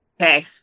Okay